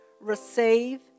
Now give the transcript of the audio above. receive